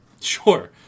Sure